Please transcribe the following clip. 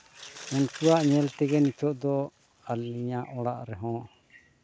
ᱩᱱᱠᱩᱣᱟᱜ ᱧᱮᱞ ᱛᱮᱜᱮ ᱱᱤᱛᱚᱜ ᱫᱚ ᱟᱹᱞᱤᱧᱟᱜ ᱚᱲᱟᱜ ᱨᱮᱦᱚᱸ